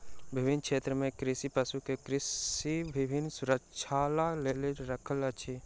विभिन्न क्षेत्र में कृषक पशु के कृषि भूमि सुरक्षाक लेल रखैत अछि